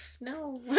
No